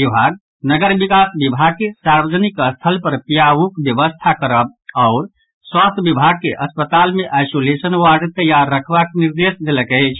विभाग नगर विकास विभाग के सार्वजनिक स्थल पर प्याऊबक व्यवस्था करब आओर स्वास्थ्य विभाग के अस्पताल मे आइसोलेशन वार्ड तैयार रखबाक निर्देश देलक अछि